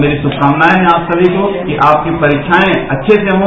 मेरी श्रुषकामनाएं हैं आप सभी को कि आप की परीक्षाएं अच्छे से हों